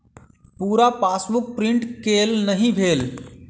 पूरा passbook print केल नहि भेल